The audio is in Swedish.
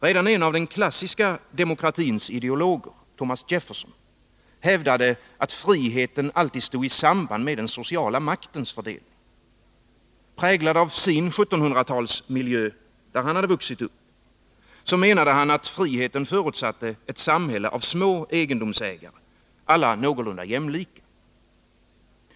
Redan en av den klassiska demokratins ideologer, Thomas Jefferson, hävdade att friheten alltid stod i samband med den sociala maktens fördelning. Präglad av den 1700-talsmiljö i vilken han hade vuxit upp, menade han att friheten förutsatte ett samhälle av små egendomsägare, alla någorlunda jämlika.